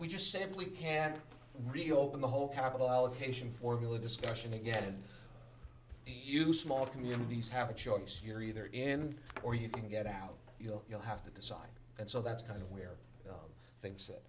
we just simply can't reopen the whole capital allocation formula discussion again you small communities have a choice you're either in or you can get out you know you'll have to decide and so that's kind of where things that